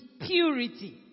purity